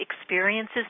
experiences